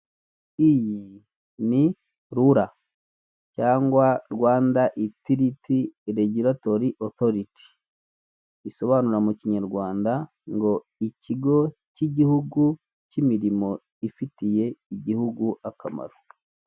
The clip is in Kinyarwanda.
Iyi ni rura cyangwa Rwanda itiriti regiratori otoriti risobanura mu kinyarwanda ngo ikigo cy'igihugu cy'imirimo ifitiye igihugu akamaro.